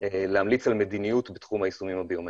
להמליץ על מדיניות בתחום היישומים הביומטריים.